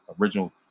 original